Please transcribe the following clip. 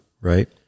right